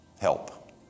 help